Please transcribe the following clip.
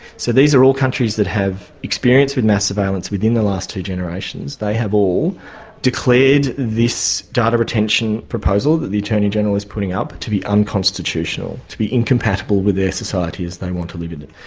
so these are all countries that have experience with mass surveillance within the last two generations. they have all declared this data retention proposal that the attorney-general is putting up to be unconstitutional, to be incompatible with their society as they want to live in it.